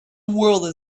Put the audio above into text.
world